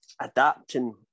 adapting